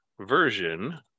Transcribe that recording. version